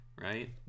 Right